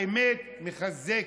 האמת מחזקת,